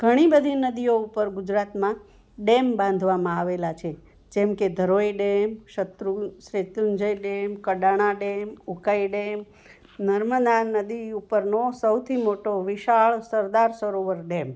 ઘણીબધી નદીઓ ઉપર ગુજરાતમાં ડેમ બાંધવામાં આવેલાં છે જેમકે ધરોઇ ડેમ શત્રુ Shetrunjay dam Kadana dam Ukai dam Narmada નદી ઉપરનો સૌથી મોટો વિશાળ સરદાર સરોવર ડેમ